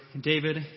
David